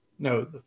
No